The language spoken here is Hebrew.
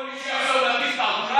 כל מי שיחסום נתיב תחבורה,